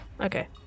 Okay